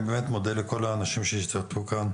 אני באמת מודה לכל האנשים שהשתתפו כאן,